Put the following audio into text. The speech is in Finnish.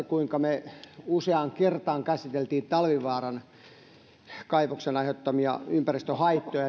kuinka me useaan kertaan käsittelimme talvivaaran kaivoksen aiheuttamia ympäristöhaittoja